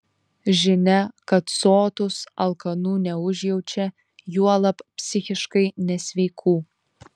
žinia kad sotūs alkanų neužjaučia juolab psichiškai nesveikų